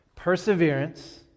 perseverance